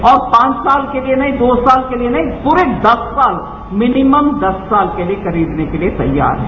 हम पांच साल के लिए नहीं दो साल के लिए नहीं प्ररे दस साल मिनियम दस साल के लिए खरीदने के लिए तैयार हैं